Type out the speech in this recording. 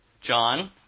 John